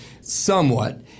somewhat